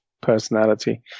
personality